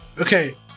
Okay